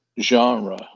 genre